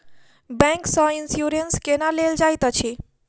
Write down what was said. bank सँ insurance केना लेल जाइत अछि